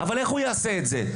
אבל איך הוא יעשה את זה?